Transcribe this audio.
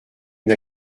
une